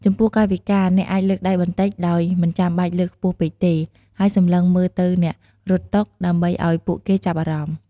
ចំពោះកាយវិការ អ្នកអាចលើកដៃបន្តិចដោយមិនចាំបាច់លើកខ្ពស់ពេកទេ ហើយសម្លឹងមើលទៅអ្នករត់តុ ដើម្បីឲ្យពួកគេចាប់អារម្មណ៍។